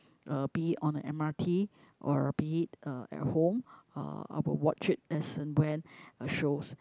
uh be it on the m_r_t or be it uh at home uh I will watch it as and when a shows